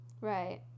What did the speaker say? Right